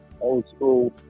old-school